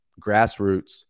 grassroots